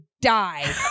die